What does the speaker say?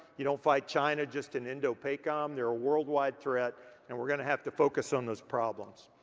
you don't fight china just in indo-pakom. they're a worldwide threat and we're gonna have to focus on those problems.